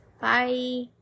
Bye